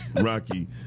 Rocky